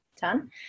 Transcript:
done